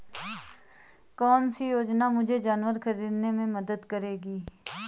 कौन सी योजना मुझे जानवर ख़रीदने में मदद करेगी?